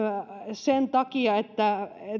sen takia että